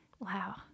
Wow